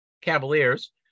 Cavaliers